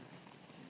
Hvala